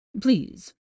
Please